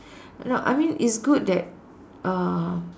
no I mean it's good that uh